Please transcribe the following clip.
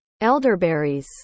elderberries